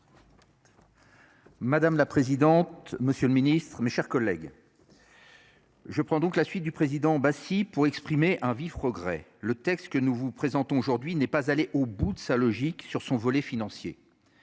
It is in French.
Madame la présidente. Monsieur le Ministre, mes chers collègues. Je prends donc la suite du président Bassy pour exprimer un vif regret le texte que nous vous présentons aujourd'hui n'est pas allé au bout de sa logique sur son volet financier.